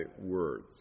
words